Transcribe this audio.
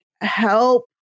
help